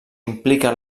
implica